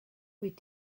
wyt